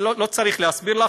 אפשר להסביר,